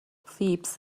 فیبز